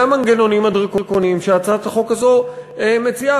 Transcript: המנגנונים הדרקוניים שהצעת החוק הזאת מציעה.